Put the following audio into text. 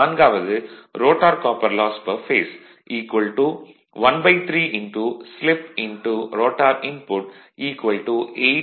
நான்காவது rotor copper loss per phase 13ஸ்லிப்ரோட்டார் input 880 what